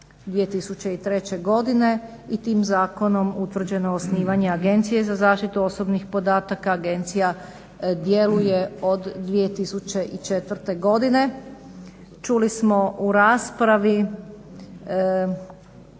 2003. godine i tim zakonom utvrđeno je osnivanje Agencije za zaštitu osobnih podataka. Agencija djeluje od 2004. godine. Čuli smo u raspravi